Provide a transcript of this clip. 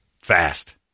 fast